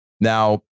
Now